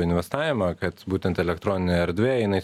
investavimą kad būtent elektroninėj erdvėj jinai